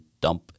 dump